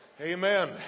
Amen